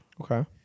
Okay